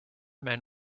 men